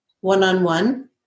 one-on-one